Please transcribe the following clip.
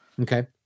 Okay